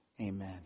amen